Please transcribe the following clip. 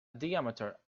diameter